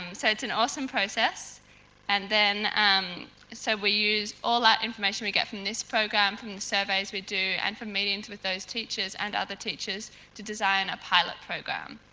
um so, it's an awesome process and then um so we use all our information we get from this program from the surveys we do and from meetings with those teachers and other teachers to design a pilot program.